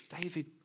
David